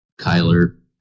kyler